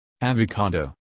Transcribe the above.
avocado